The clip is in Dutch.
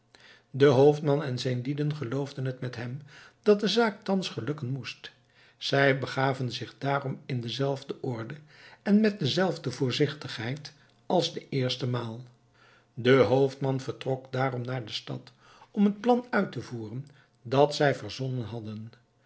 de hoofdman en zijn lieden geloofden met hem dat de zaak thans gelukken moest zij begaven zich daarom in dezelfde orde en met dezelfde voorzichtigheid als de eerste maal de hoofdman vertrok daarom naar de stad om het plan uit te voeren dat zij verzonnen hadden